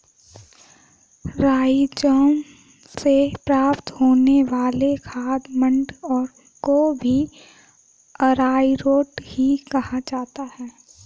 rhizome से प्राप्त होने वाले खाद्य मंड को भी अरारोट ही कहा जाता है